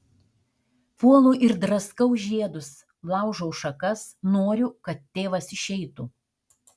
puolu ir draskau žiedus laužau šakas noriu kad tėvas išeitų